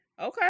Okay